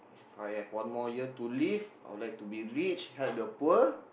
If I have one more year to live I would like to be rich help the poor